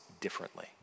differently